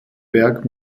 berg